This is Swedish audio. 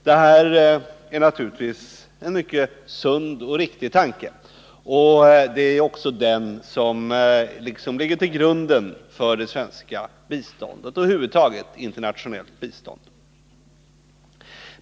Det är naturligtvis en mycket sund och riktig tanke, och det är också den som ligger till grund för det svenska biståndet och över huvud taget för internationellt bistånd.